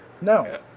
no